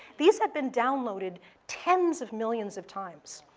these have been downloaded tens of millions of times,